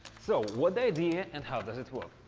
so what's the idea and how does it work?